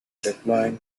deploying